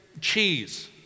cheese